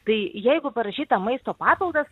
tai jeigu parašyta maisto papildas